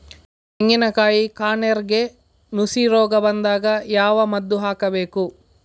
ತೆಂಗಿನ ಕಾಯಿ ಕಾರ್ನೆಲ್ಗೆ ನುಸಿ ರೋಗ ಬಂದಾಗ ಯಾವ ಮದ್ದು ಹಾಕಬೇಕು?